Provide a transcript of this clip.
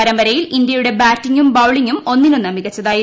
പരമ്പരയിൽ ഇന്ത്യയുടെ ബാറ്റിംഗും ബൌളിംഗും ഒന്നിനൊന്ന് മികച്ചതായിരുന്നു